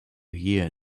year